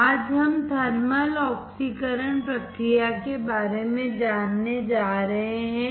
आज हम थर्मल ऑक्सीकरण प्रक्रिया के बारे में जानने जा रहे हैं